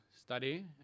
study